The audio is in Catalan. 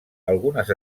algunes